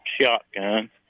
shotgun